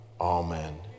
amen